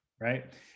right